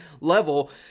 level